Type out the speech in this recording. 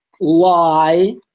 lie